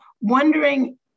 Wondering